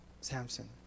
Samson